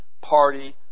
Party